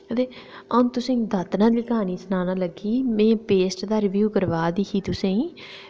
ते अ'ऊं तुसेंगी दातना आह्ली क्हानी सनाना लग्गी में पेस्ट दा रिव्यू करवा दी तुसें ई